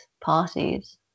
parties